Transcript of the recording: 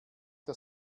der